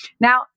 Now